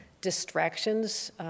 distractions